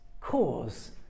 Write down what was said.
cause